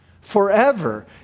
forever